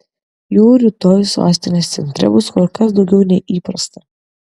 jų rytoj sostinės centre bus kur kas daugiau nei įprasta